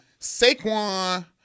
Saquon